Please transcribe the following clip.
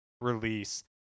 release